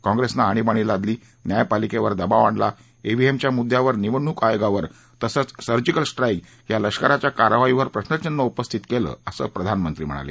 काँग्रेसनं आणीबाणी लादली न्यायपालिकेवर दबाव आणला एव्हीएमच्या मुद्द्यावर निवडणूक आयोगावर तसंच सर्जिकल स्ट्राईक या लष्कराच्या कारवाईवर प्रश्नचिन्ह उपस्थित केलं असं प्रधानमंत्री म्हणाले